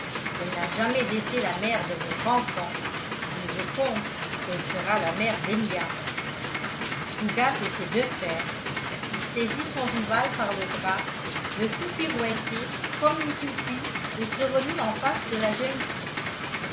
elle n'a jamais été la mère de votre enfant et je compte qu'elle sera la mère des miens fougas était de fer il saisit son rival par le bras le fit pirouetter comme une toupie et se remit en face de la jeune fille